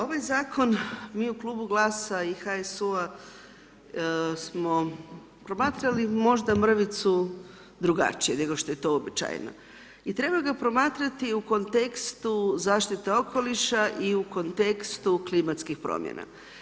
Ovaj zakon, mi u Klubu GLAS-a i HSU-a smo promatrali možda mrvicu drugačije nego što je to uobičajeno, i treba ga promatrati u kontekstu zaštite okoliša i u kontekstu klimatskih promjena.